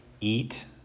eat